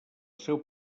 seu